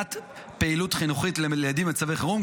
פעילות חינוכית לילדים במצבי חירום,